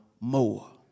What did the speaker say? more